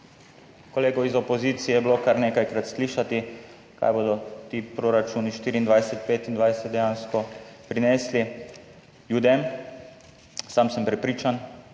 kolegov iz opozicije je bilo kar nekajkrat slišati, kaj bodo ti proračuni 2024, 2025 dejansko prinesli ljudem. Sam sem prepričan,